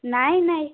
नाही नाही